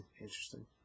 interesting